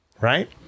Right